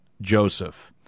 Joseph